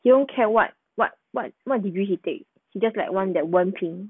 don't care what what what what degree he take he just like want that 文凭